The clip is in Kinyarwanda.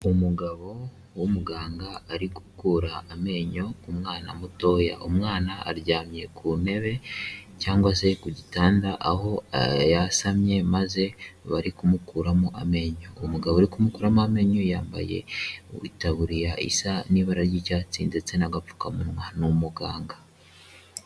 Umugabo w'umuganga ari gukura amenyo ku mwana mutoya, umwana aryamye ku ntebe cyangwa se ku gitanda aho yasamye maze bari kumukuramo amenyo, uwo umugabo uri kumukuramo amenyo yambaye itaburiya isa n'ibara ry'icyatsi ndetse n'agapfukamunwa ni umuganga.